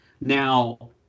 now